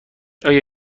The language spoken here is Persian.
آیا